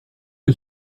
que